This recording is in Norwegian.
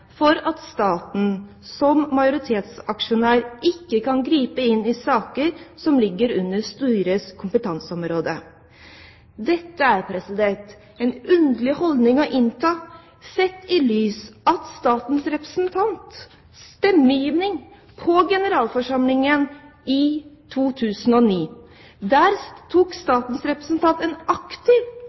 for at staten som majoritetsaksjonær ikke kan gripe inn i saker som ligger under styrets kompetanseområde. Dette er en underlig holdning å innta, sett i lys av statens representants stemmegivning på generalforsamlingen i 2009. Der hadde statens representant en aktiv